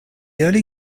early